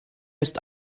ist